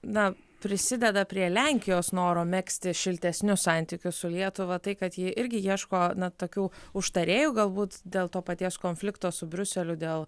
na prisideda prie lenkijos noro megzti šiltesnius santykius su lietuva tai kad ji irgi ieško na tokių užtarėjų galbūt dėl to paties konflikto su briuseliu dėl